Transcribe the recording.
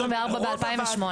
היו 24 ב-2008.